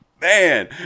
man